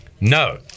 no